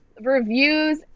reviews